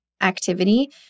activity